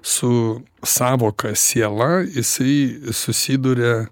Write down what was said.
su sąvoka siela jisai susiduria